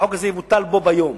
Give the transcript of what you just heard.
החוק הזה יבוטל בו ביום.